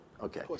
Okay